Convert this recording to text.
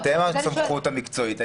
אתם הסמכות המקצועית.